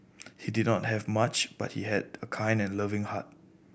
he did not have much but he had a kind and loving heart